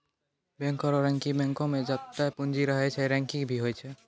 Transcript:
बैंको रो रैंकिंग बैंको मे जत्तै पूंजी रहै छै रैंकिंग भी होय छै